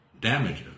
damages